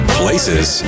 places